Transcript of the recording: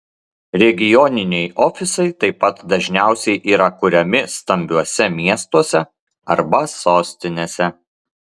regioniniai ofisai taip pat dažniausiai yra kuriami stambiuose miestuose arba sostinėse